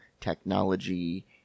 technology